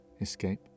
escape